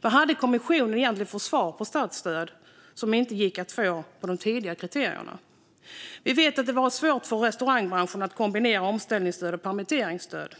Vad hade kommissionen egentligen för svar på statsstöd som inte gick att få utifrån de tidigare kriterierna? Vi vet att det var svårt för restaurangbranschen att kombinera omställningsstöd och permitteringsstöd.